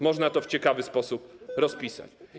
Można to w ciekawy sposób rozpisać.